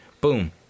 boom